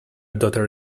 daughter